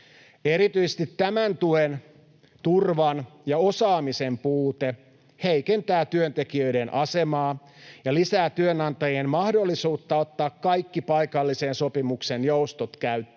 Erityisesti tämän tuen, turvan ja osaamisen puute heikentää työntekijöiden asemaa ja lisää työnantajien mahdollisuutta ottaa kaikki paikallisen sopimuksen joustot käyttöön,